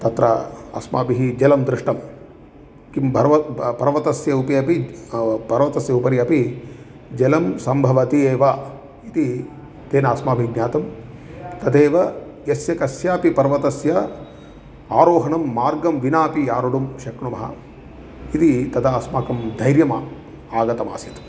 तत्र अस्माभिः जलं दृष्टं किं पर्वतः पर्वतस्य उपरि अपि पर्वतस्य उपरि अपि जलं सम्भवति एव इति तेन अस्माभिः ज्ञातं तदेव यस्य कस्यापि पर्वतस्य आरोहणम् मार्गं विनापि आरोढुं शक्नुमः इति तदा अस्माकं धैर्यम् आगतमासीत्